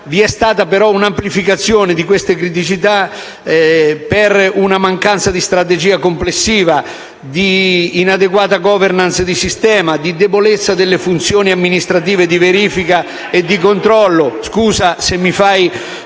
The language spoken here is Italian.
Vi è stata però una amplificazione di queste criticità per una mancanza di strategia complessiva, di inadeguata *governance* di sistema, di debolezza delle funzioni amministrative di verifica e di controllo. AIROLA *(M5S)*.